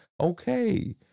okay